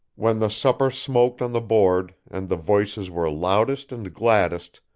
when the supper smoked on the board, and the voices were loudest and gladdest,